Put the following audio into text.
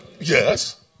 yes